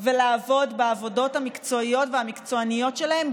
ולעבוד בעבודות המקצועיות והמקצועניות שלהן,